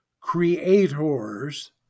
creators